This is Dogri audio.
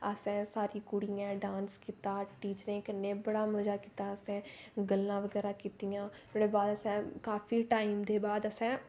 असें सारियें कुड़ियें डांस कीता टीचरें कन्नै बड़ा मजा कीता असें गल्लां बगैरा कीतियां नुआढ़े बाद असें काफी टाइम दे बाद असें